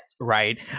right